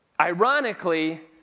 ironically